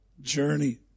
journey